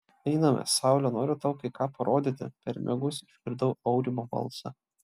einame saule noriu tau kai ką parodyti per miegus išgirdau aurimo balsą